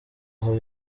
aho